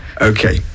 Okay